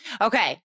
Okay